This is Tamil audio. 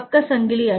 பக்க சங்கிலி அணு